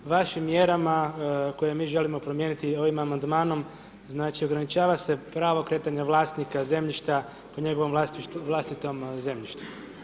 Vašim mjerama koje mi želimo promijeniti ovim amandmanom znači ograničava se pravo kretanja vlasnika zemljišta po njegovom vlastitom zemljištu.